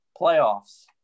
Playoffs